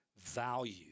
value